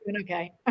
okay